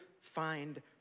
find